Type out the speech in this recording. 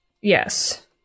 Yes